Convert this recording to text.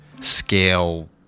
scale